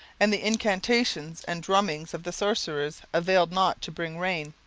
and the incantations and drummings of the sorcerers availed not to bring rain.